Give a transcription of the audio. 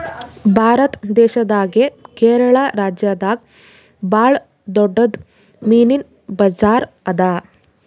ಭಾರತ್ ದೇಶದಾಗೆ ಕೇರಳ ರಾಜ್ಯದಾಗ್ ಭಾಳ್ ದೊಡ್ಡದ್ ಮೀನಿನ್ ಬಜಾರ್ ಅದಾ